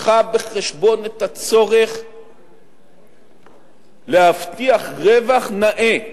הביאה בחשבון את הצורך להבטיח רווח נאה,